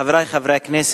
חברי חברי הכנסת,